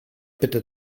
bitte